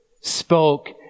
spoke